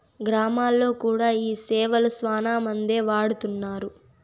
గ్రామాల్లో కూడా ఈ సేవలు శ్యానా మందే వాడుతున్నారు